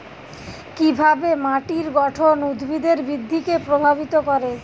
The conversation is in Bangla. কিভাবে মাটির গঠন উদ্ভিদের বৃদ্ধিকে প্রভাবিত করে?